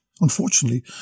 Unfortunately